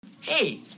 Hey